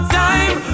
time